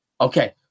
Okay